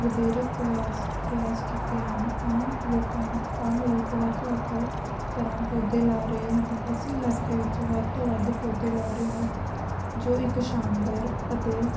ਵਧੇਰੇ ਪਰਿਆਸ ਪਰਿਆਸ ਕੀਤੇ ਹਨ ਆਮ ਲੋਕਾਂ ਆਮ ਲੋਕ ਵੱਖ ਵੱਖ ਤਰ੍ਹਾਂ ਪੌਦੇ ਲਾ ਰਹੇ ਹਨ ਅਸੀਂ ਇਲਾਕੇ ਵਿੱਚ ਵੱਧ ਤੋਂ ਵੱਧ ਪੌਦੇ ਲਾ ਰਹੇ ਹਾਂ ਜੋ ਇੱਕ ਸ਼ਾਨਦਾਰ ਅਤੇ